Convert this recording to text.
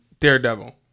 Daredevil